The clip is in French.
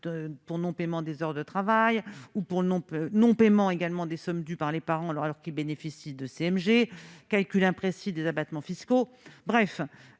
pour non-paiement des heures de travail ou pour le non plus non paiement également des sommes dues par les parents, alors, alors qu'il bénéficient de CMG calcul imprécis des abattements fiscaux, bref,